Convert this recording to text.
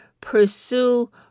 pursue